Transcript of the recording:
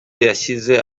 yashyize